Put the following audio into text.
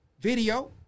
video